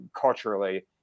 culturally